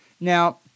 Now